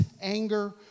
anger